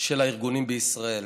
של הארגונים בישראל.